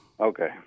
Okay